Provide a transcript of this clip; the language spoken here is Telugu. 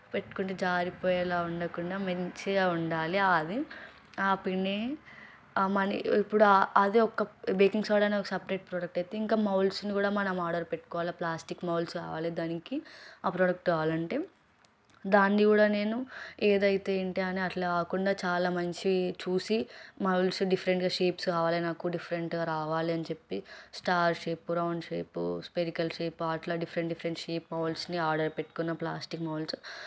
పెట్టుకుంటే జారిపోయేలాగా ఉండకుండా మంచిగా ఉండాలి అది ఆ పిండిని ఆ మని ఇప్పుడు అది ఒక బేకింగ్ సోడాని ఒక సపరేట్ ప్రోడక్ట్ అయితే ఇంకా మౌల్డ్స్ను కూడా మనం ఆర్డర్ పెట్టుకోవాలి ప్లాస్టిక్ మౌల్డ్స్ కావాలి దానికి ఆ ప్రోడక్ట్ కావాలంటే దాన్ని కూడా నేను ఏదైతే ఏంటి అని అట్లా కాకుండా చాలా మంచి చూసి మౌల్డ్స్ డిఫరెంట్గా షేప్స్ కావాలి నాకు డిఫరెంట్గా రావాలి అని చెప్పి star shape round shape spherical shape అట్లా డిఫరెంట్ డిఫరెంట్ షేప్ మౌల్డ్స్ని ఆర్డర్ పెట్టుకున్న ప్లాస్టిక్ మౌల్డ్స్